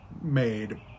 made